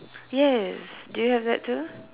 yes do you have that too